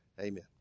amen